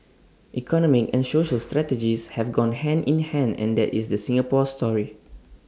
economic and social strategies have gone hand in hand and that is the Singapore story